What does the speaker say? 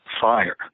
fire